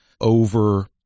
over